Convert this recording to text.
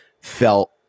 felt